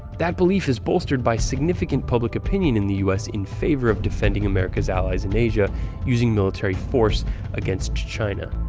that belief is bolstered by significant public opinion in the u s. in favor of defending america's allies in asia using military force against china.